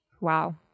Wow